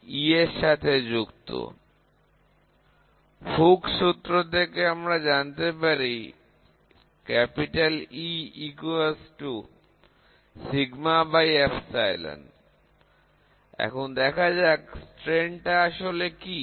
Hook এর সূত্র থেকে আমরা জানতে পারি E এখন দেখা যাক বিকৃতি আসলে কি